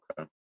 Okay